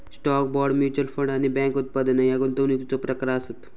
stock, bond, mutual fund आणि bank उत्पादना ह्या गुंतवणुकीचो प्रकार आसत